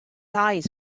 eyes